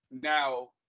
Now